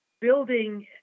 Building